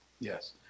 Yes